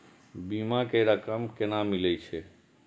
बीमा के रकम केना मिले छै?